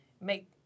make